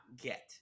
get